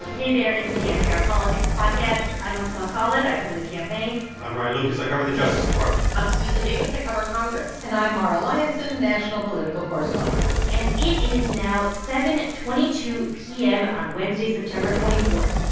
hey there. it's the npr politics podcast. i'm asma khalid. i cover the campaign i'm ryan lucas. i cover the justice department i'm susan davis. i cover congress and i'm mara liasson, national political correspondent and it is now seven twenty two p m. on wednesday, september twenty four.